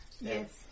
Yes